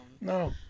No